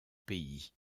pays